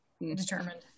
determined